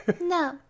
No